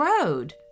road